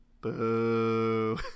Boo